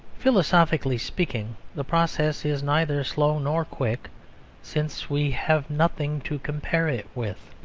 philosophically speaking, the process is neither slow nor quick since we have nothing to compare it with.